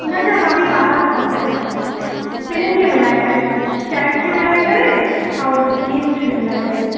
हुन जा भाभी ॿारहां सौ रुपया ॾेई छॾियो ॿिन्हिनि खे मिलाए करे शट खे मिलाए करे ऐं जींस खे बि मिलाए करे